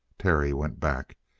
terry went back.